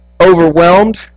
overwhelmed